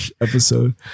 episode